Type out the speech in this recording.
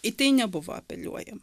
į tai nebuvo apeliuojama